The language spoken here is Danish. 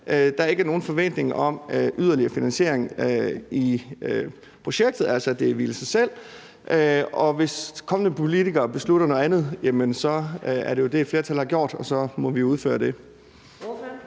at der ikke er nogen forventning om yderligere finansiering i projektet, altså at det hviler i sig selv, og hvis kommende politikere beslutter noget andet, er det jo det, flertallet gør, og så må vi udføre det. Kl.